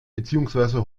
beziehungsweise